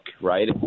right